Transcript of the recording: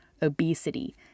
obesity